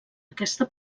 aquesta